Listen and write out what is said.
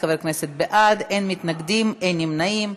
21 חברי כנסת בעד, אין מתנגדים, אין נמנעים.